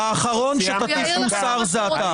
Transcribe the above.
האחרון שיטיף מוסר זה אתה.